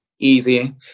Easy